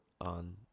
on